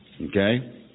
Okay